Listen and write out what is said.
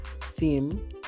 theme